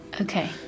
Okay